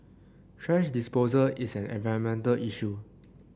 thrash disposal is an environmental issue